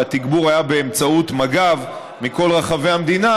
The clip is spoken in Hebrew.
והתגבור היה באמצעות מג"ב מכל רחבי המדינה,